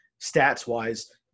stats-wise –